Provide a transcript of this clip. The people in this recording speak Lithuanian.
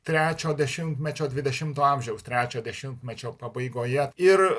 trečio dešimtmečio dvidešimto amžiaus trečio dešimtmečio pabaigoje ir